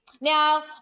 Now